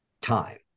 time